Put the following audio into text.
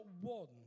one